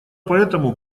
поэтому